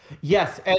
Yes